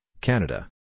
Canada